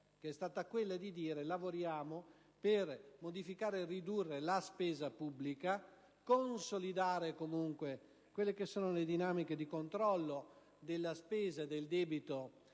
lavoriamo per modificare e ridurre la spesa pubblica, consolidando comunque le dinamiche di controllo della spesa e del debito, che